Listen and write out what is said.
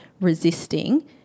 resisting